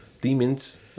demons